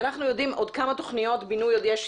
אנחנו יודעים כמה תוכניות בינוי עוד יש.